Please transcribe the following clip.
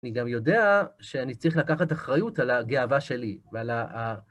אני גם יודע שאני צריך לקחת אחריות על הגאווה שלי ועל ה...